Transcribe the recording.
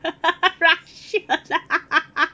Russian